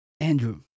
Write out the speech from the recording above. Andrew